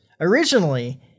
originally